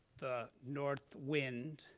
the north wind.